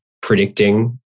predicting